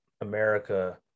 America